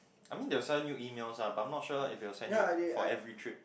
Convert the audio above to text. I mean they'll send you emails ah but I'm not sure if they will send you for every trip